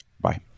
Bye